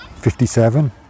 57